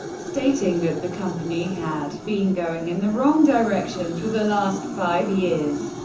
stating that the company had been going in the wrong direction for the last five years,